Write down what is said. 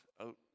out